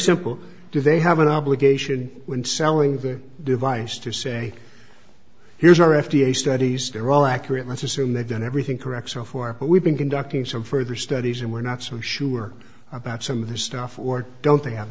simple do they have an obligation when selling the device to say here's our f d a studies they're all accurate let's assume they've done everything correct so far we've been conducting some further studies and we're not so sure about some of the stuff or don't they have